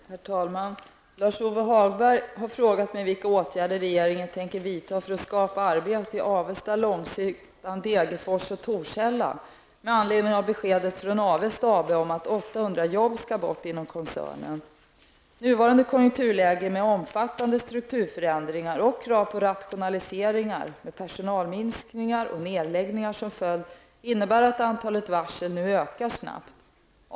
Herr talman! Lars-Ove Hagberg har frågat mig vilka åtgärder regeringen tänker vidta för att skapa arbete i Avesta, Långshyttan, Degerfors och Nuvarande konjunkturläge med omfattande strukturförändringar och krav på rationaliseringar med personalminskningar och nedläggningar som följd innebär att antalet varsel ökar snabbt.